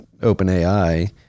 OpenAI